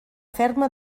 ferma